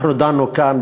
אנחנו דנו כאן,